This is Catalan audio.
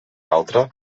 altre